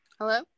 hello